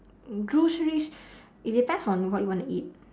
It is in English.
groceries it depends on what you wanna eat